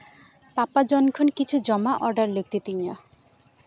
ᱯᱟᱯᱟᱡᱚᱱ ᱠᱷᱚᱱ ᱠᱤᱪᱷᱩ ᱡᱚᱢᱟᱜ ᱚᱰᱟᱨ ᱞᱟᱹᱠᱛᱤ ᱛᱤᱧᱟᱹ